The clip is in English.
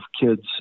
kids